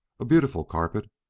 a beautiful carpet,